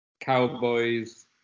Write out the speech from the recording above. Cowboys